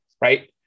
Right